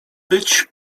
być